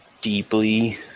deeply